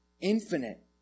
infinite